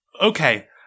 okay